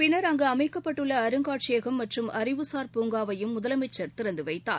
பிள்ளா் அங்குஅமைக்கப்பட்டுள்ள அருங்காட்சியகம் மற்றும் அறிவுசார் பூங்காவையும் முதலமைச்சா் திறந்துவைத்தார்